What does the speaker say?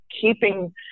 keeping